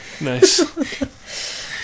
Nice